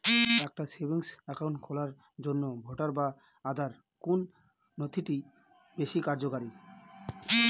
একটা savings account খোলার জন্য ভোটার বা আধার কোন নথিটি বেশী কার্যকরী?